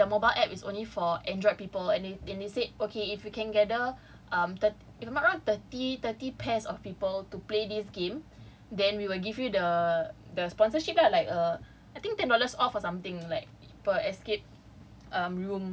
ya but then the thing is the mobile app is only for android people and they they said okay if you can gather um if I'm not wrong thirty thirty pairs of people to play this game then we will give you the sponsorship like a I think ten dollars off or something like per escape